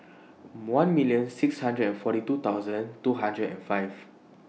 one million six hundred and forty two thousand two hundred and five